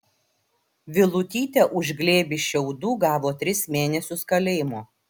vilutytė už glėbį šiaudų gavo tris mėnesius kalėjimo